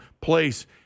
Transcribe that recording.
place